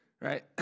right